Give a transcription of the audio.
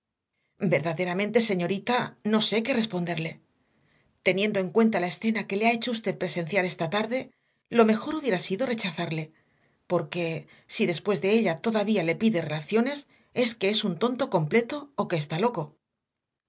verdaderamente señorita no sé qué responderle teniendo en cuenta la escena que le ha hecho usted presenciar esta tarde lo mejor hubiera sido rechazarle porque si después de ella todavía le pide relaciones es que es un tonto completo o que está loco